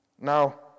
Now